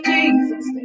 Jesus